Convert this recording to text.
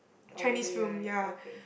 probably right okay